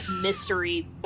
mystery